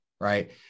Right